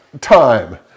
time